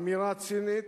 אמירה צינית,